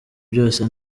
byose